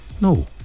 No